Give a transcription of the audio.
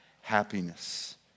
happiness